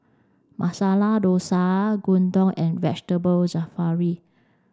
Masala Dosa Gyudon and Vegetable Jalfrezi